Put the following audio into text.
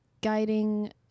guiding